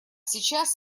сейчас